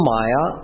Maya